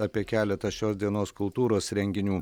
apie keletą šios dienos kultūros renginių